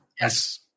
Yes